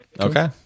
Okay